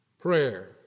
prayer